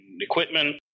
equipment